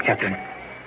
Captain